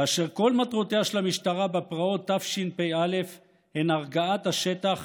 כאשר כל מטרותיה של המשטרה בפרעות תשפ"א הן הרגעת השטח